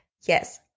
yes